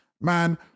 man